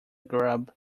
grub